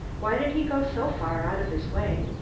why did he go so far out of his way?